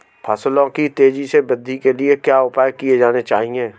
फसलों की तेज़ी से वृद्धि के लिए क्या उपाय किए जाने चाहिए?